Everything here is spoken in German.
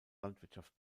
landwirtschaft